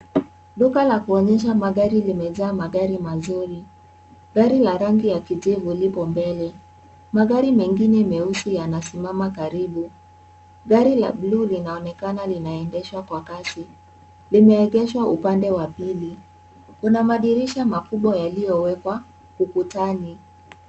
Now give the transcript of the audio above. Duka la kuonyesha magari limejaa magari mazuri. Gari la rangi ya kijivu liko mbele. Magari mengine meusi yanasimama karibu. Gari la bluu linaonekana linaendeshwa kwa kasi limeegeshwa upande wa pili. Kuna madirisha makubwa yaliyowekwa ukutani.